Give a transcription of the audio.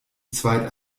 zweit